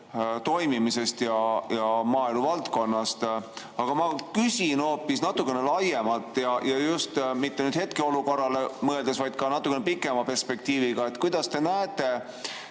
toimimisest ja maaelu valdkonnast. Aga ma küsin hoopis natukene laiemalt, mitte ainult hetkeolukorrale mõeldes, vaid ka natukene pikema perspektiiviga. Millisena te näete